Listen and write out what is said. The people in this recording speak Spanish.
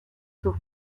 sus